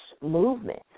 movement